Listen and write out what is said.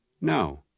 No